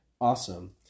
awesome